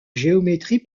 géométrie